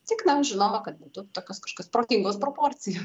tik na žinoma kad būtų tokios kažkokios protingos proporcijos